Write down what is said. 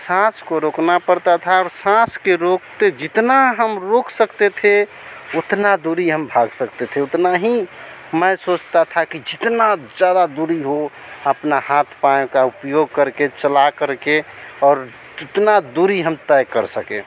साँस को रोकना पड़ता था और साँस को रोककर जितना हम रोक सकते थे उतना दूरी हम तैर सकते थे उतना ही मैं सोचता था कि जितना ज़्यादा दूरी हो अपना हाथ पाय का उपयोग करके चला करके और जितना दूरी हम तय कर सकें